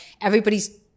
everybody's